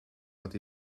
but